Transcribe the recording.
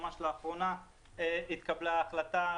ממש לאחרונה התקבלה החלטה.